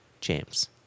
James